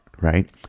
right